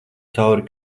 cauri